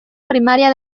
primaria